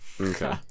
Okay